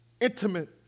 intimate